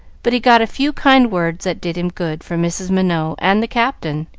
but he got a few kind words that did him good, from mrs. minot and the captain,